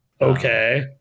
Okay